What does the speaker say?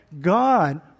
God